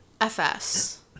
FS